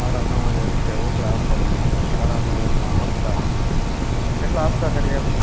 સાડા નવ હજાર રુપિયા રોકડા આપવાનાં અને સાડા નવના હપ્તા કેટલા હપ્તા કરી આપશો